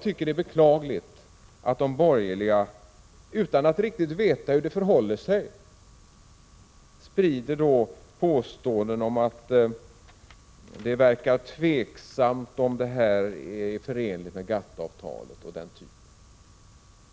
tycker jag det är beklagligt att de borgerliga, utan att riktigt veta hur det förhåller sig, sprider påståenden om att det verkar tvivelaktigt om det här är förenligt med GATT-avtalet m.m.